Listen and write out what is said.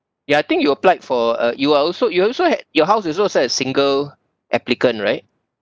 ya I think you applied for uh you are also you also ha~ your house is also a single applicant right